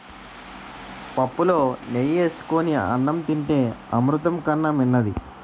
పుప్పులో నెయ్యి ఏసుకొని అన్నం తింతే అమృతం కన్నా మిన్నది